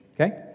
Okay